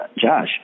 Josh